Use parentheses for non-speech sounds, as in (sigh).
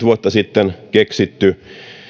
(unintelligible) vuotta sitten keksitty